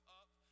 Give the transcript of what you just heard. up